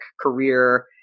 career